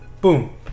boom